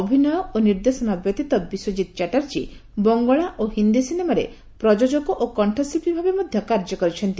ଅଭିନୟ ଓ ନିର୍ଦ୍ଦେଶନା ବ୍ୟତୀତ ବିଶ୍ୱଚ୍ଚିତ୍ ଚାଟାର୍ଜୀ ବଙ୍ଗଳା ଓ ହିନ୍ଦୀ ସିନେମାରେ ପ୍ରଯୋଜକ ଓ କଣ୍ଠଶିଳ୍ପୀ ଭାବେ ମଧ୍ୟ କାର୍ଯ୍ୟ କରିଛନ୍ତି